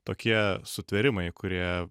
tokie sutvėrimai kurie